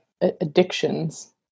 addictions